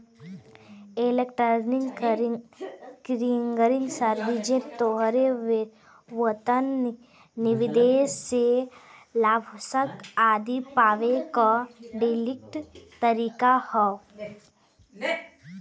electronic clearing services तोहरे वेतन, निवेश से लाभांश आदि पावे क डिजिटल तरीका हौ